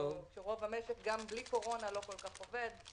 כשרוב המשק גם בלי קורונה לא כל כך עובד.